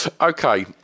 Okay